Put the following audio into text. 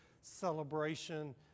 celebration